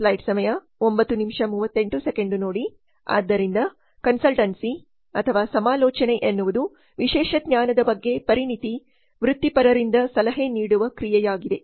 ಆದ್ದರಿಂದ ಕನ್ಸಲ್ಟೆನ್ಸಿಸಮಾಲೋಚನೆ ಎನ್ನುವುದು ವಿಶೇಷ ಜ್ಞಾನದ ಬಗ್ಗೆ ಪರಿಣಿತ ವೃತ್ತಿಪರರಿಂದ ಸಲಹೆ ನೀಡುವ ಕ್ರಿಯೆಯಾಗಿದೆ